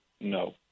no